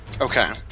Okay